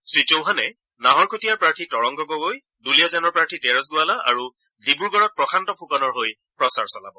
শ্ৰীটৌহানে নাহৰকটীয়াৰ প্ৰাৰ্থী তৰংগ গগৈ দুলিয়াজানৰ প্ৰাৰ্থী তেৰছ গোৱালা আৰু ডিব্ৰুগড়ত প্ৰশান্ত ফুকনৰ হৈ প্ৰচাৰ চলাব